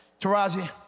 Taraji